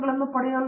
professor